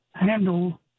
handle